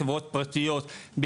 חברות פרטיות,